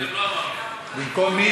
במקום מי